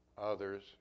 others